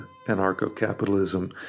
anarcho-capitalism